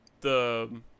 the-